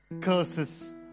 curses